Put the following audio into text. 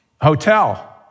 hotel